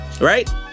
right